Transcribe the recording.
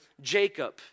Jacob